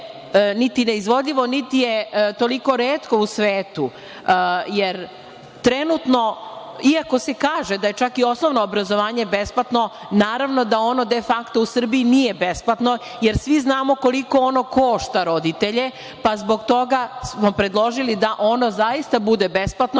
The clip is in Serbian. niti neizvodljivo niti je toliko retko u svetu, jer trenutno, iako se kaže, da je čak i osnovno obrazovanje besplatno, naravno da ono, de fakto, u Srbiji nije besplatno, jer svi znamo koliko ono košta roditelje, pa zbog toga smo predložili da ono zaista bude besplatno,